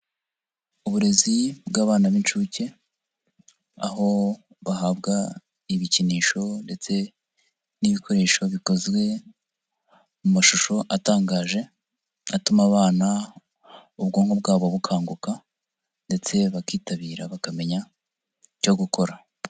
Uburezi bw'abana b'inshuke, aho bahabwa ibikinisho ndetse n'ibikoresho bikozwe mu mashusho atangaje, atuma abana ubwonko bwabo bukanguka ndetse bakitabira bakamenya icyo gukora.